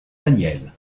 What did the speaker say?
daniel